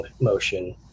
motion